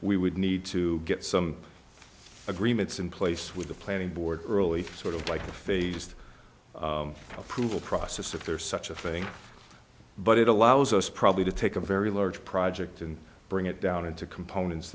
we would need to get some agreements in place with the planning board early sort of like a phased approval process if there is such a thing but it allows us probably to take a very large project and bring it down into components